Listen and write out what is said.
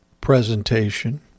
presentation